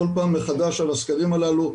כל פעם מחדש על הסקרים הללו,